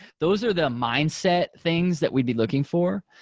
those are the mindset things that we'd be looking for.